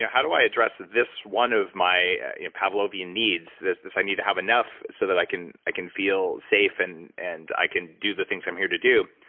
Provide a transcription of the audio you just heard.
yeah how do i address this one of my pavlovian needs, this this i need to have enough so that i can i can feel safe and and i can do the things i'm here to do.